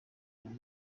buli